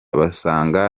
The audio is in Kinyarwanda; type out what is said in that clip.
basanga